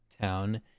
town